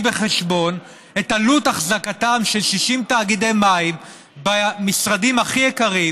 בחשבון את עלות אחזקתם של 60 תאגידי מים במשרדים הכי יקרים,